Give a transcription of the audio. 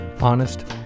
honest